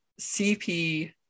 cp